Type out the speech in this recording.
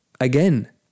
Again